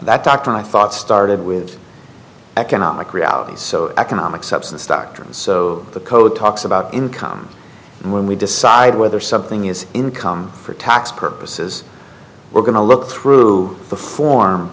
that doctor i thought started with economic realities economic substance doctrine so the code talks about income and when we decide whether something is income for tax purposes we're going to look through the form